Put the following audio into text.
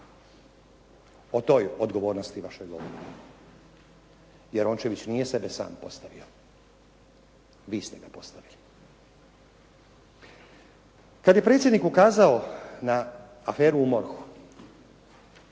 O toj odgovornosti vašoj govorim, jer Rončević nije sebe sam postavio. Vi ste ga postavili. Kada bi predsjednik ukazao na aferu u MORH-u